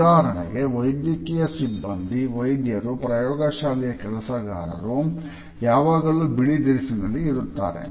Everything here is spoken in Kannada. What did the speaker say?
ಉದಾಹರಣೆಗೆ ವೈದ್ಯಕೀಯ ಸಿಬ್ಬಂದಿ ವೈದ್ಯರು ಪ್ರಯೋಗಶಾಲೆಯ ಕೆಲಸಗಾರರು ಯಾವಾಗಲೂ ಬಿಳಿ ದಿರಿಸಿನಲ್ಲಿ ಇರುತ್ತಾರೆ